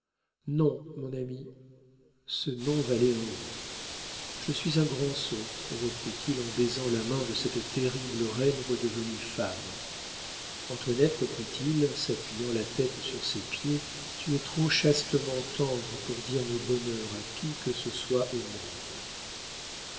non mon ami ce non valait un oui je suis un grand sot reprit-il en baisant la main de cette terrible reine redevenue femme antoinette reprit-il s'appuyant la tête sur ses pieds tu es trop chastement tendre pour dire nos bonheurs à qui que ce soit au monde